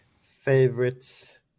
favorites